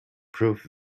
proof